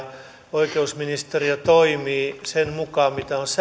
oikeusministeriö toimii sen mukaan mitä on säädetty